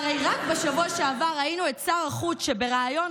הרי רק בשבוע שעבר ראינו את שר החוץ שבריאיון